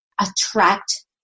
attract